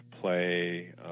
play